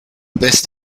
best